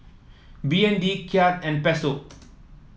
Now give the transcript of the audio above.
B N D Kyat and Peso